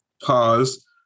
pause